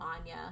anya